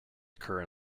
occur